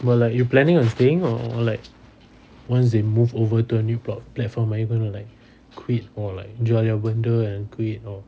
but like you planning on staying or like once they move over to a new platform are you gonna like quit or like jual your benda and quit or